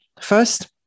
First